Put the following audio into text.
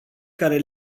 care